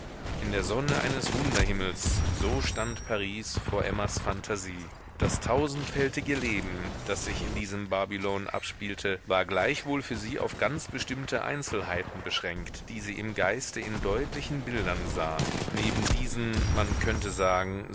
in der sonne eines wunderhimmels so stand paris vor emmas phantasie das tausendfältige leben das sich in diesem babylon abspielt war gleichwohl für sie auf ganz bestimmte einzelheiten beschränkt die sie im geiste in deutlichen bildern sah neben diesen man könnte sagen